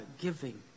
giving